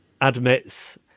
admits